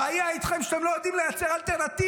הבעיה איתכם היא שאתם לא יודעים לייצר אלטרנטיבה.